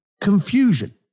confusion